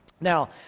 Now